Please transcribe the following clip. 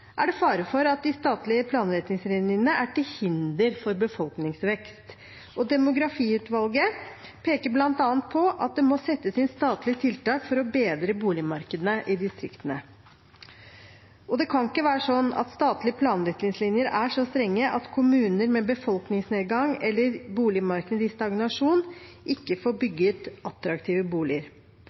er det fare for at de statlige planretningslinjene er til hinder for befolkningsvekst. Demografiutvalget peker bl.a. på at det må settes inn statlige tiltak for å bedre boligmarkedene i distriktene. Det kan ikke være sånn at statlige planretningslinjer er så strenge at kommuner med befolkningsnedgang eller et boligmarked i stagnasjon ikke får bygget attraktive boliger.